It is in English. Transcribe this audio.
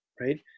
right